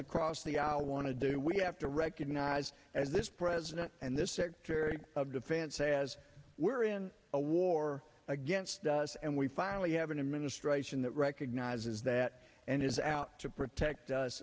across the aisle want to do we have to recognize as this president and this secretary of defense as we're in a war against us and we finally have an administration that recognizes that and is out to protect us